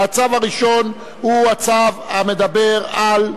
הצו הראשון הוא הצו המדבר על,